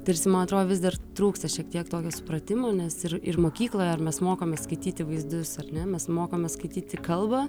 tarsi man atrodo vis dar trūksta šiek tiek tokio supratimo nes ir ir mokykloje ar mes mokomės skaityti vaizdus ar ne mes mokame skaityti kalbą